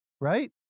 Right